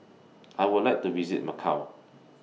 I Would like to visit Macau